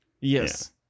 yes